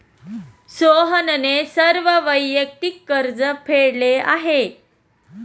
सोहनने सर्व वैयक्तिक कर्ज फेडले आहे